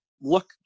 look